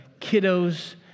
kiddos